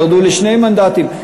ירדו לשני מנדטים.